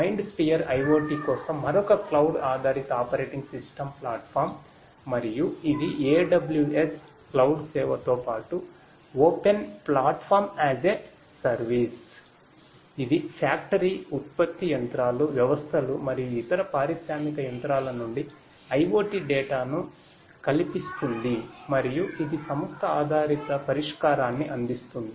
MindSphere ను కలిపిస్తుంది మరియు ఇది సంస్థ ఆధారిత పరిష్కారాన్ని అందిస్తుంది